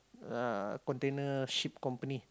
uh container ship company